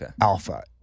alpha